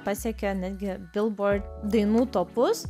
pasiekė netgi billboard dainų topus